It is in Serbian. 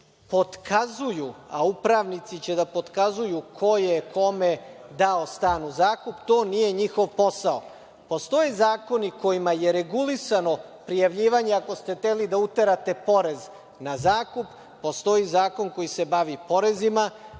potkazuju, a upravnici će da potkazuju ko je kome dao stan u zakup. To nije njihov posao. Postoje zakoni kojima je regulisano prijavljivanje, ako ste hteli da uterate porez na zakup. Postoji zakon koji se bavi porezima